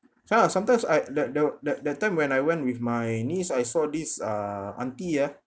ya sometimes I the the that time when I went with my niece I saw this uh auntie ah